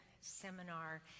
seminar